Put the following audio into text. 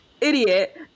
idiot